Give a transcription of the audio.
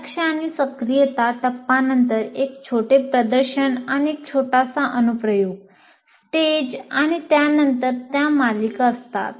लक्ष आणि सक्रियता टप्पा नंतर एक छोटे प्रदर्शन आणि एक छोटासा अनुप्रयोग स्टेज आणि त्यानंतर त्या मालिका असतात